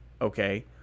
Okay